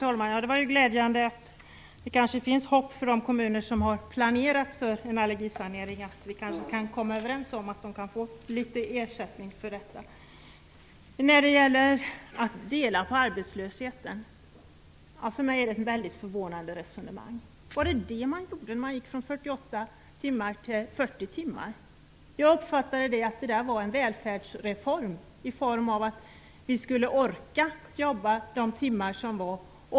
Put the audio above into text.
Fru talman! Det var ju glädjande att det kanske finns hopp för de kommuner som har planerat för en allergisanering. Vi kan kanske komma överens om att de kan få litet ersättning för detta. Att det skulle handla om att dela på arbetslösheten är ett väldigt förvånande resonemang för mig. Var det detta man gjorde när man gick från 48 timmars arbete till 40 timmars arbete. Jag uppfattade att det var en välfärdsreform för att vi skulle orka jobba de timmar som var.